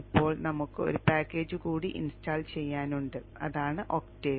ഇപ്പോൾ ഞങ്ങൾക്ക് ഒരു പാക്കേജ് കൂടി ഇൻസ്റ്റാൾ ചെയ്യാനുണ്ട് അതാണ് ഒക്ടേവ്